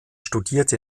studierte